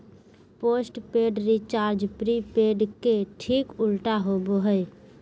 postpaid recharge prepaid के ठीक उल्टा होबो हइ